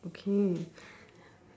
okay